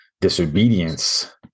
disobedience